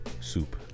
soup